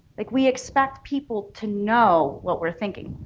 like we expect people to know what we're thinking.